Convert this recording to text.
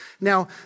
Now